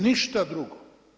Ništa drugo.